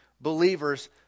believers